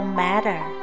matter